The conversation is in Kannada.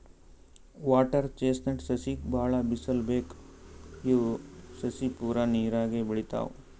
ವಾಟರ್ ಚೆಸ್ಟ್ನಟ್ ಸಸಿಗ್ ಭಾಳ್ ಬಿಸಲ್ ಬೇಕ್ ಇವ್ ಸಸಿ ಪೂರಾ ನೀರಾಗೆ ಬೆಳಿತಾವ್